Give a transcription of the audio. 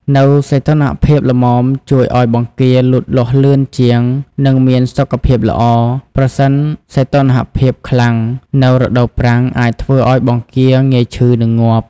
នៅសីតុណ្ហភាពល្មមជួយឲ្យបង្គាលូតលាស់លឿនជាង និងមានសុខភាពល្អ ប្រសិនសីតុណ្ហភាពខ្លាំងនៅរដូវប្រាំងអាចធ្វើឲ្យបង្គាងាយឈឺ និងងាប់។